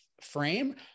frame